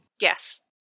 Yes